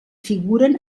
figuren